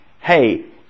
hey